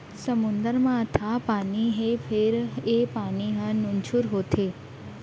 समुद्दर म अथाह पानी हे फेर ए पानी ह नुनझुर होथे